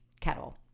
kettle